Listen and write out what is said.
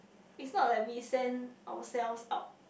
is not like we send ourselves out